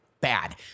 bad